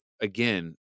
again